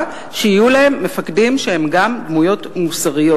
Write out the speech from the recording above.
שיהיו להם מפקדים שהם גם דמויות מוסריות.